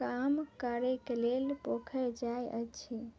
काम करयक लेल पोखरि जाइ अछि